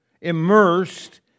immersed